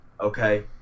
okay